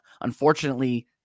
unfortunately